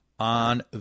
On